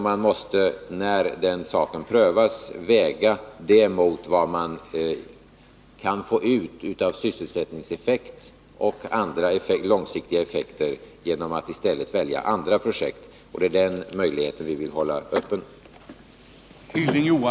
Man måste när det skall prövas väga det mot vad man kan få ut i form av sysselsättningseffekt och andra långsiktiga effekter genom att i stället välja andra projekt. Den möjligheten vill vi hålla